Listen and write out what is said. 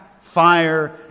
fire